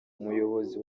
umuyobozi